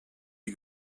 die